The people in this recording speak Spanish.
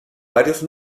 varios